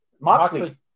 Moxley